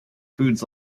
foods